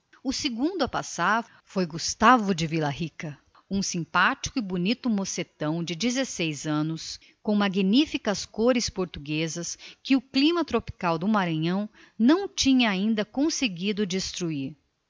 o segundo a passar foi gustavo de vila rica simpático e bonito mocetão de dezesseis anos com as suas soberbas cores portuguesas que o clima do maranhão ainda não tinha conseguido destruir